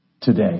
today